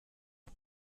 نمی